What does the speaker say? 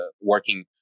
working